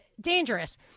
dangerous